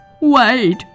Wait